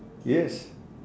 yes